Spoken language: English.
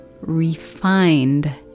refined